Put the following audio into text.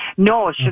No